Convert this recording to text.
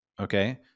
Okay